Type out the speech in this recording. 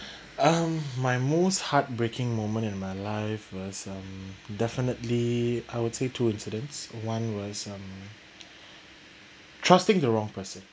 um my most heartbreaking moment in my life was um definitely I would say two incidents one was um trusting the wrong person